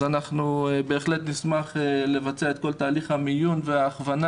אז בהחלט נשמח לבצע את כל תהליך המיון וההכוונה